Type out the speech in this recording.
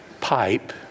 pipe